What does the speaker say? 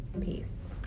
peace